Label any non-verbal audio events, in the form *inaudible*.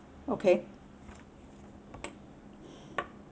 okay *breath*